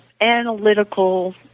analytical